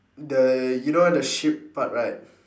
the you know the sheep part right